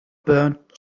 burnt